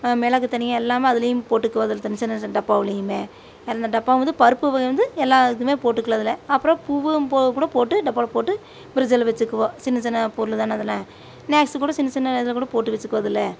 மிளகு தனியாக எல்லாமும் அதுலேயும் போட்டுக்குவேன் அதில் தனி சின்ன சின்ன டாப்பாவுலையுமே அந்த டப்பா வந்து பருப்பு வந்து எல்லா இதுவுமே போட்டுக்குவேன் அதில் அப்பறம் பூவும் கூட போட்டு டப்பாவில் போட்டு பிரிட்ஜுல வெச்சுக்குவோம் சின்ன சின்ன பொருள் தானே அதில் ஸ்நாக்ஸு கூட சின்ன சின்ன இதில் கூட போட்டு வெச்சுக்குவேன் அதில்